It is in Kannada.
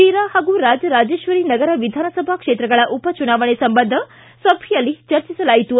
ಶಿರಾ ಪಾಗೂ ರಾಜರಾಜೇಶ್ವರಿ ನಗರ ವಿಧಾನಸಭಾ ಕ್ಷೇತ್ರಗಳ ಉಪಚುನಾವಣೆ ಸಂಬಂಧ ಸಭೆಯಲ್ಲಿ ಚರ್ಚಿಸಲಾಯಿತು